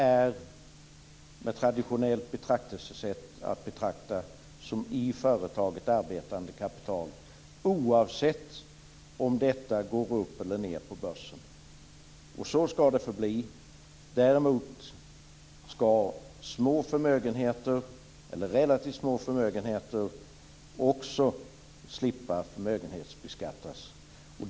Med ett traditionellt betraktelsesätt är det att betrakta som i företaget arbetande kapital, oavsett om värdet av detta går upp eller ned på börsen, och så ska det förbli. Däremot ska relativt små förmögenheter slippa förmögenhetsbeskattas.